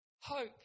Hope